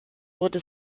wurde